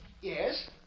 Yes